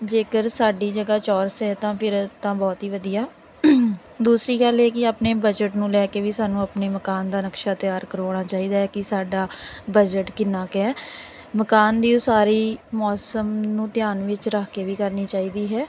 ਜੇਕਰ ਸਾਡੀ ਜਗ੍ਹਾ ਚੌਰਸ ਹੈ ਤਾਂ ਫਿਰ ਤਾਂ ਬਹੁਤ ਹੀ ਵਧੀਆ ਦੂਸਰੀ ਗੱਲ ਇਹ ਕਿ ਆਪਣੇ ਬਜਟ ਨੂੰ ਲੈ ਕੇ ਵੀ ਸਾਨੂੰ ਆਪਣੇ ਮਕਾਨ ਦਾ ਨਕਸ਼ਾ ਤਿਆਰ ਕਰਾਉਣਾ ਚਾਹੀਦਾ ਹੈ ਕਿ ਸਾਡਾ ਬਜਟ ਕਿੰਨਾ ਕੁ ਹੈ ਮਕਾਨ ਦੀ ਉਸਾਰੀ ਮੌਸਮ ਨੂੰ ਧਿਆਨ ਵਿੱਚ ਰੱਖ ਕੇ ਵੀ ਕਰਨੀ ਚਾਹੀਦੀ ਹੈ